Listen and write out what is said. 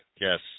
yes